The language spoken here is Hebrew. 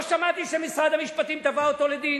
לא שמעתי שמשרד המשפטים תבע אותו לדין,